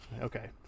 Okay